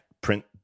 print